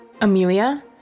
Amelia